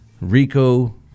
Rico